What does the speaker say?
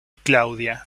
claudia